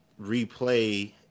replay